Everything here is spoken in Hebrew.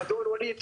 אדון ווליד,